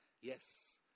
yes